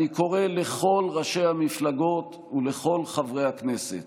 אני קורא לכל ראשי המפלגות ולכל חברי הכנסת